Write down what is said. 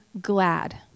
glad